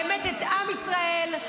-- ובאמת, את עם ישראל.